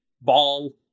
ball